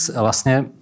vlastně